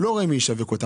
לא רמי תשווק אותם.